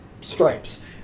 stripes